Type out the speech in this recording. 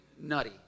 nutty